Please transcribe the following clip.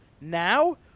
now